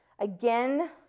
Again